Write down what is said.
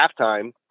halftime